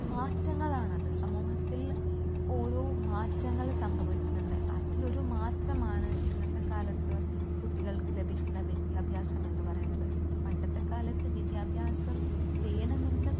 മാറ്റങ്ങളാണത് സമൂഹത്തിൽ ഓരോ മാറ്റങ്ങൾ സംഭവിക്കുന്നുണ്ട് അതിൽ ഒരു മാറ്റമാണ് ഇന്നത്തെ കാലത്ത് കുട്ടികൾക്ക് ലഭിക്കുന്ന വിദ്യാഭ്യാസം എന്ന് പറയുന്നത് പണ്ടത്തെ കാലത്ത് വിദ്യാഭ്യാസം വേണമെന്ന്